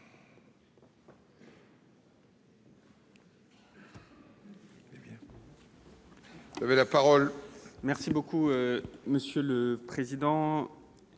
Vous avez la parole merci beaucoup monsieur le président,